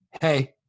Hey